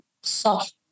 soft